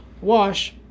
wash